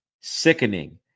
sickening